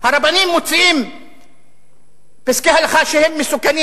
אנחנו לא מקבצים נדבות של זכויות.